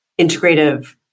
integrative